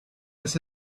mrs